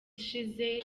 ishize